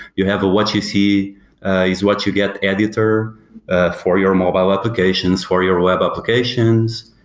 you have a what you see is what you get editor ah for your mobile applications, for your web applications.